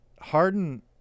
Harden